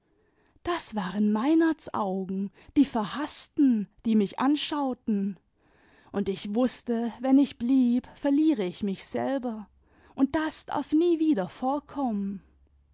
das waren meinerts augen die verhaßten die mich anschauten imd ich wußte wenn ich blieb verliere ich mich selber und das darf nie wieder vorkonunen